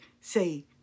say